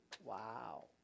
Wow